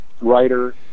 writer